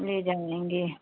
ले जाएँगे